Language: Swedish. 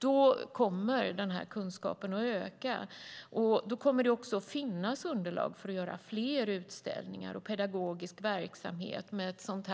Då kommer kunskapen att öka, och då kommer det också att finnas underlag för att göra fler utställningar och pedagogisk verksamhet med ett sådant